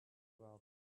about